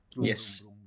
Yes